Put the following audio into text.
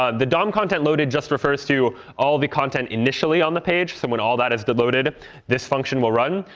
ah the dom content loaded just refers to all the content initially on the page, so when all that is loaded this function will run.